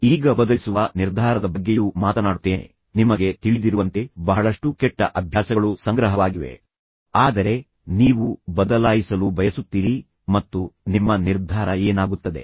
ಈಗ ನಾನು ನಿಮ್ಮೊಂದಿಗೆ ಬದಲಿಸುವ ನಿರ್ಧಾರದ ಬಗ್ಗೆಯೂ ಮಾತನಾಡುತ್ತೇನೆ ನಿಮಗೆ ತಿಳಿದಿರುವಂತೆ ಬಹಳಷ್ಟು ಕೆಟ್ಟ ಅಭ್ಯಾಸಗಳು ಸಂಗ್ರಹವಾಗಿವೆ ಆದರೆ ನೀವು ಬದಲಾಯಿಸಲು ಬಯಸುತ್ತೀರಿ ಮತ್ತು ನಿಮ್ಮ ನಿರ್ಧಾರ ಏನಾಗುತ್ತದೆ